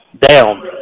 down